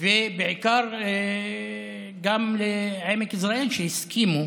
ובעיקר לעמק יזרעאל, שהסכימו